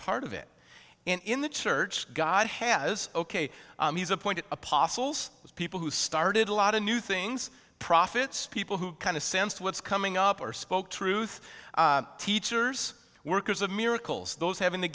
part of it in the church god has ok he's appointed apostles people who started a lot of new things profits people who kind of sensed what's coming up or spoke truth teachers workers of miracles those having the